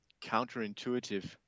counterintuitive